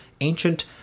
ancient